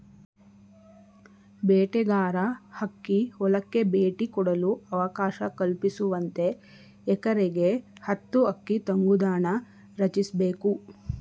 ಬೇಟೆಗಾರ ಹಕ್ಕಿ ಹೊಲಕ್ಕೆ ಭೇಟಿ ಕೊಡಲು ಅವಕಾಶ ಕಲ್ಪಿಸುವಂತೆ ಎಕರೆಗೆ ಹತ್ತು ಹಕ್ಕಿ ತಂಗುದಾಣ ರಚಿಸ್ಬೇಕು